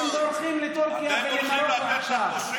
הם בורחים לטורקיה ולמרוקו עכשיו.